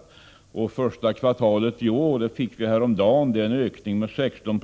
Siffrorna för första kvartalet i år, som vi fick häromdagen, visar på en ökning med 16